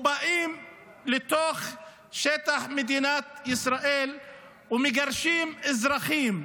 ובאים לתוך שטח מדינת ישראל ומגרשים אזרחים,